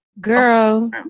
girl